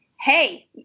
hey